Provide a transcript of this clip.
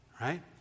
Right